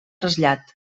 trasllat